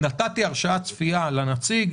ואם נתתי הרשאת צפייה לנציג,